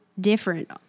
different